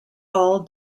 all